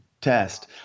test